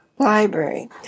library